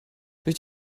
durch